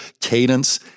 cadence